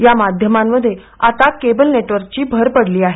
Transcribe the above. या माध्यमांमध्ये आता केबल नेटवर्कची भर पडली आहे